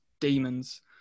demons